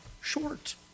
short